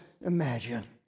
imagine